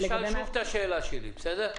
נניח שהוא ביקש להציג הצגה חוזרת בבנק החדש